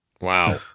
Wow